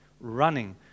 running